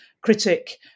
critic